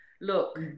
Look